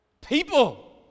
People